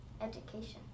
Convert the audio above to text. education